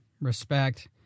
respect